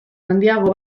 handiago